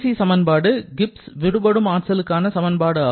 கடைசி சமன்பாடு கிப்ஸ் விடுபடும் ஆற்றலுக்கான சமன்பாடு ஆகும்